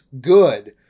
good